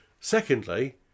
Secondly